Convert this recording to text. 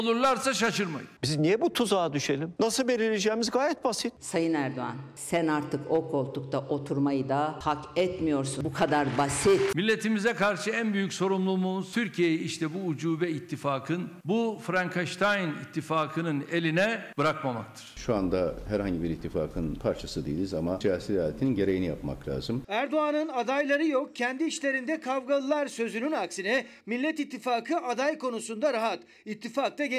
olurlarsa şaşırmayın. Biz niye bu tuzağa düşelim? Nasıl belirleyeceğimiz gayet basit. Sayın Erdoğan, sen artık o koltukta oturmayı da hak etmiyorsun. Bu kadar basit. Milletimize karşı en büyük sorumluluğumuz Türkiye'yi işte bu ucube ittifakın, bu Frankenstein ittifakının eline bırakmamaktır. Şu anda herhangi bir ittifakın parçası değiliz ama siyasi realitenin gereğini yapmak lazım. Erdoğan'ın adayları yok, kendi işlerinde kavgalılar sözünün aksine Millet İttifakı aday konusunda rahat. İttifak da